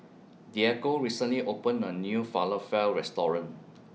Diego recently opened A New Falafel Restaurant